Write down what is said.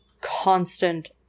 constant